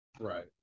Right